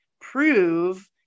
prove